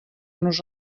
nos